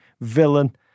villain